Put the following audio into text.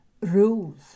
Rules